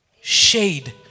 Shade